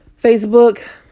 Facebook